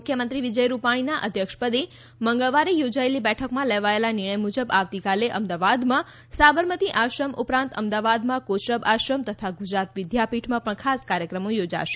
મુખ્યમંત્રી વિજય રૂપાણીના અધ્યક્ષપદે મંગળવારે યોજાયેલી બેઠકમાં લેવાયેલા નિર્ણય મુજબ આવતીકાલે અમદાવાદમાં સાબરમતી આશ્રમ ઉપરાંત અમદાવાદમાં કોચરબ આશ્રમ તથા ગુજરાત વિદ્યાપીઠમાં પણ ખાસ કાર્યક્રમો યોજાશે